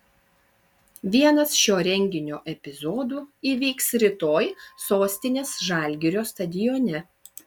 vienas šio renginio epizodų įvyks rytoj sostinės žalgirio stadione